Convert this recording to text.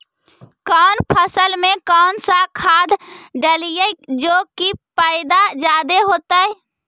कौन फसल मे कौन सा खाध डलियय जे की पैदा जादे होतय?